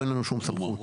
אין לנו שום סמכות.